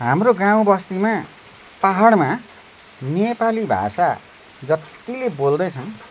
हाम्रो गाउँबस्तीमा पाहाडमा नेपाली भाषा जत्तिले बोल्दैछन्